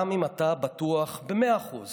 גם אם אתה בטוח במאה אחוז